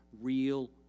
real